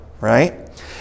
right